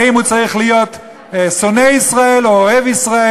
האם הוא צריך להיות שונא ישראל או אוהב ישראל,